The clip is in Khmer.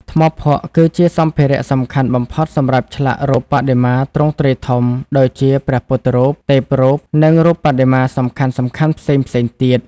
ថ្មភក់ គឺជាសម្ភារៈសំខាន់បំផុតសម្រាប់ឆ្លាក់រូបបដិមាទ្រង់ទ្រាយធំ ដូចជាព្រះពុទ្ធរូប ទេពរូប និងរូបបដិមាសំខាន់ៗផ្សេងៗទៀត។